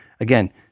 Again